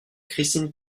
christine